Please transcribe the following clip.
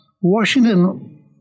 Washington